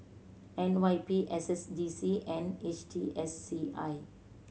N Y P S S D C and H T S C I